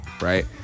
Right